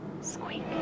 Squeak